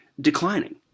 declining